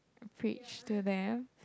preach to them